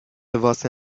واسه